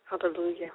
Hallelujah